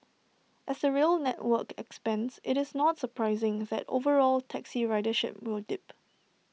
as the rail network expands IT is not surprising that overall taxi ridership will dip